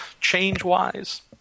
change-wise